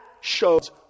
shows